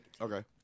Okay